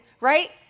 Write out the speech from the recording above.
right